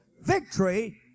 Victory